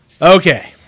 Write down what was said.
Okay